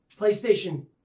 PlayStation